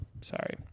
Sorry